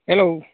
hello